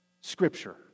Scripture